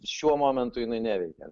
šiuo momentu jinai neveikia